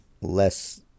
less